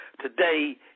today